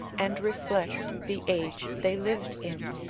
and reflect, the age they lived in.